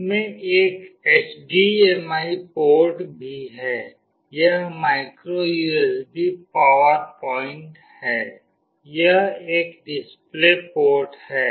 इसमें एक HDMI port भी है एक माइक्रो यूएसबी पावर प्वाइंट है यह एक डिस्प्ले पोर्ट है